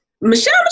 Michelle